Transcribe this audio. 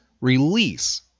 release